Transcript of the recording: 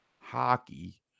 hockey